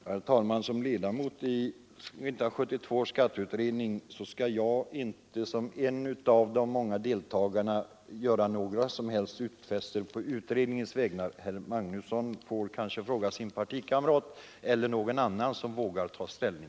Herr talman! Jag skall inte som en av många ledamöter i 1972 års skatteutredning göra någon som helst utfästelse på skatteutredningens vägnar. Herr Magnusson kan kanske fråga sin partikamrat i utredningen eller någon annan som kan ta ställning.